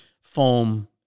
foam